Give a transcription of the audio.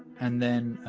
and then